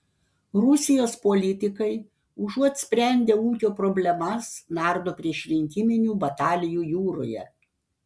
rusijos politikai užuot sprendę ūkio problemas nardo priešrinkiminių batalijų jūroje